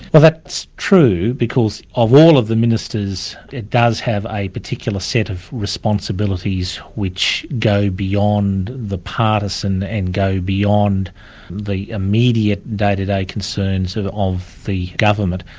well that's true, because of all of the ministers it does have a particular set of responsibilities which go beyond the partisan and go beyond the immediate day-to-day concerns of of the government.